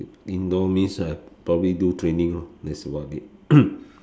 indoor means I probably do training lor that's about it